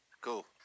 Cool